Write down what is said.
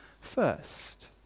first